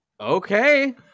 Okay